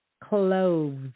cloves